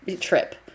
trip